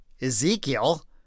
Ezekiel